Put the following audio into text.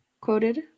Quoted